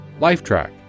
Lifetrack